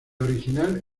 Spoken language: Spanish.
original